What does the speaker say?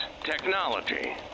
technology